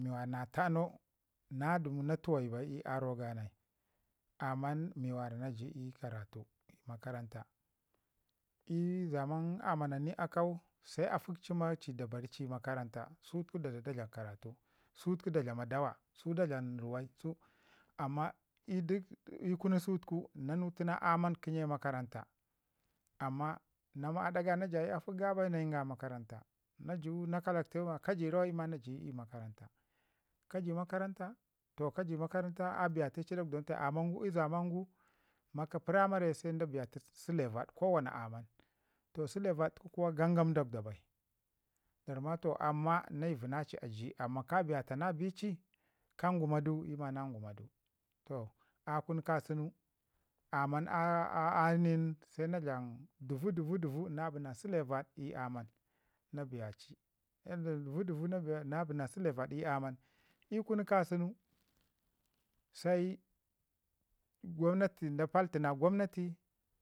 Mi wara na tanau na dəmu na tuwayu bai ii aro ganai aman mi wara na ju ii karatu ii makaranta ii zaman amananin akau, se afək ci ma ci da bari ii makaranta sutuka dada da dlam karatu sutuku dada da dlam dawa su dlam ruwai sutuku, amma ii duk duk ii kunu sutuku na nuti na aman kə nye makaranta. Amma na ma dɗa ga na jayi afək bai nan nayinga ii makaranta, na ju na kalaktuga ma ka ji rawan? ii ma na ji makaranta, ka ji makaranta a biyate ii dakwdau nin tai, ammangu ii zamangu primary se da biyatu sule vaɗ ko wana aman. Toh sule vaɗ tuku gangam dakwda bai da ramma toh amma naivi na ci a ji amma ka biyata na bici, ka nguma du ii ma na ngumadu. To a kunu kasuna amma ani nin se na dlam dəvu dəvu dəvu se na bi na sure vaɗ ii aman na biyaci, na dlam dəvu dəvu na bina sule vaɗ ii aman. Ii kunu kasun, sai gwamnati da patina gwamnati